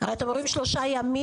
הרי אתם אומרים שלושה ימים.